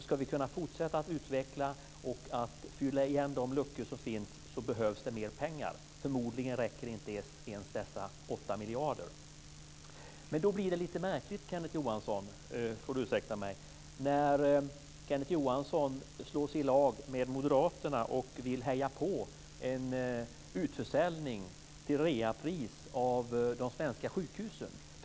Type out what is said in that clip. Ska vi kunna fortsätta att utveckla och fylla igen de luckor som finns behövs det mer pengar. Förmodligen räcker inte ens dessa 8 miljarder. Men då blir det lite märkligt - Kenneth Johansson får ursäkta mig - när Kenneth Johansson slår sig i lag med moderaterna och vill heja på en utförsäljning till reapris av de svenska sjukhusen.